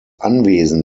anwesen